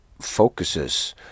focuses